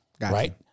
Right